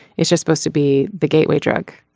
it's just supposed to be the gateway drug.